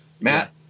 matt